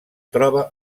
troba